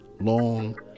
long